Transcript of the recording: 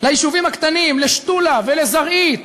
ליישובים הקטנים, לשתולה ולזרעית